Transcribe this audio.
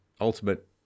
ultimate